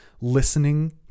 listening